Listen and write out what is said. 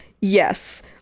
Yes